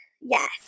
Yes